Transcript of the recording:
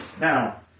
Now